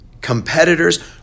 Competitors